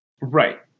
Right